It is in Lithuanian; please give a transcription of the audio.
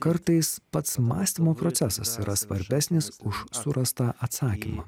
kartais pats mąstymo procesas yra svarbesnis už surastą atsakymą